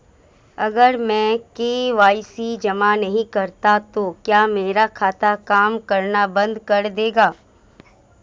अगर मैं के.वाई.सी जमा नहीं करता तो क्या मेरा खाता काम करना बंद कर देगा?